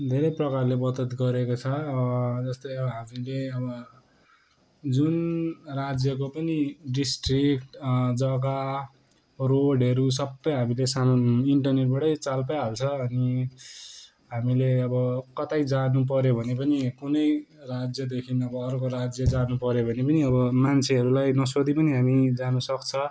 धेरै प्रकारले मद्दत गरेको छ जस्तै अब हामीले अब जुन राज्यको पनि डिस्ट्रिक जग्गा रोडहरू सबै हामीले समा इन्टरनेटबाटै चाल पाइहाल्छ अनि हामीले अब कतै जानुपऱ्यो भने पनि कुनै राज्यदेखिन अब अर्को राज्य जानुपऱ्यो भने पनि अब मान्छेहरूलाई नसोधी पनि हामी जानुसक्छ